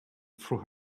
through